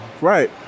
Right